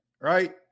right